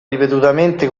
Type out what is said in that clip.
ripetutamente